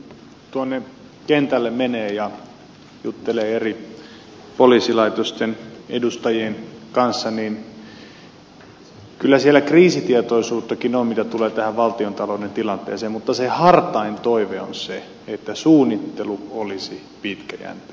kun tuonne kentälle menee ja juttelee eri poliisilaitosten edustajien kanssa niin kyllä siellä kriisitietoisuuttakin on mitä tulee tähän valtiontalouden tilanteeseen mutta se hartain toive on se että suunnittelu olisi pitkäjänteistä